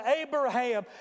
Abraham